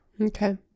Okay